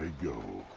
go